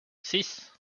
six